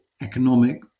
economic